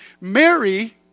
Mary